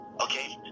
Okay